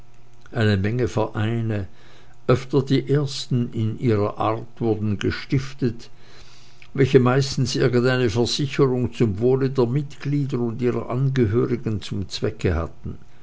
eine menge vereine öfter die ersten in ihrer art wurden gestiftet welche meistens irgendeine versicherung zum wohle der mitglieder und ihrer angehörigen zum zwecke hatten